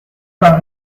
pas